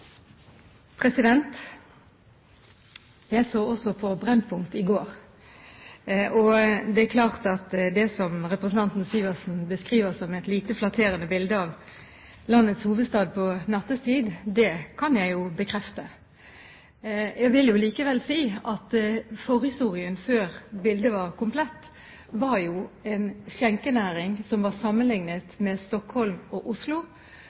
Jeg så også på Brennpunkt i går, og det som representanten Syversen beskriver som et lite flatterende bilde av landets hovedstad på nattetid, kan jeg helt klart bekrefte. Jeg vil likevel si at forhistorien, for å gjøre bildet komplett, var jo å sammenlikne skjenkenæringen i Stockholm med den i Oslo. I Stockholm håndhevet man faktisk alkoholloven, og i Oslo